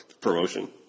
promotion